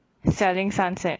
selling sunset